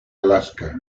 alaska